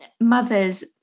mothers